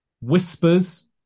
whispers